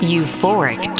Euphoric